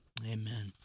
Amen